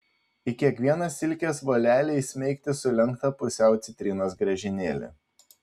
į kiekvieną silkės volelį įsmeigti sulenktą pusiau citrinos griežinėlį